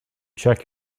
check